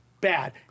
bad